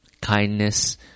kindness